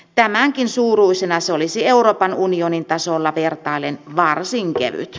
tämänkin suuruisena se olisi euroopan unionin tasolla vertaillen varsin kevyt